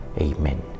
Amen